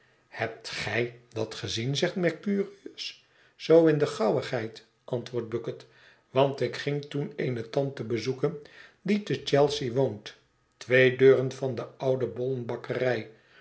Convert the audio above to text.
hebt gij dat gezien zegt mercurius zoo in de gauwigheid antwoordt bucket want ik ging toen eene tante bezoeken die te chelsea woont twee deuren van de oude